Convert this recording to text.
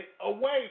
away